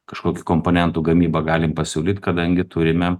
kažkokį komponentų gamybą galime pasiūlyt kadangi turime